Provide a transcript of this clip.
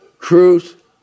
Truth